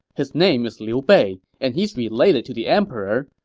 his name is liu bei and he's related to the emperor.